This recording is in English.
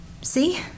See